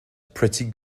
pretty